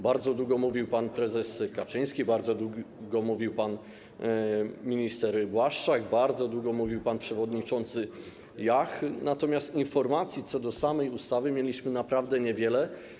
Bardzo długo mówił pan prezes Kaczyński, bardzo długo mówił pan minister Błaszczak, bardzo długo mówił pan przewodniczący Jach, natomiast informacji dotyczących ustawy padło naprawdę niewiele.